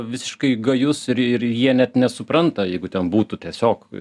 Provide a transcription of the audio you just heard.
visiškai gajus ir ir jie net nesupranta jeigu ten būtų tiesiog